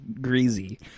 greasy